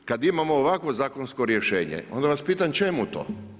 Kad imamo ovako zakonsko rješenje onda vas pitam čemu to?